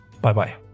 Bye-bye